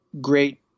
great